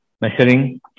measuring